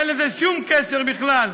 אין לזה שום קשר בכלל.